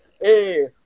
Hey